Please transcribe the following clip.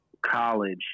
college